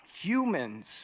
humans